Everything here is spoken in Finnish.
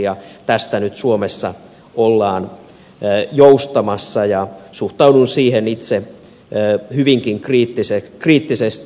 tästä nyt suomessa ollaan joustamassa ja suhtaudun siihen itse hyvinkin kriittisesti